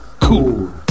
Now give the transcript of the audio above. Cool